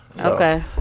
Okay